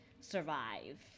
survive